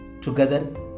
Together